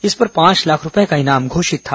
इस पर पांच लाख रूपये का इनाम घोषित था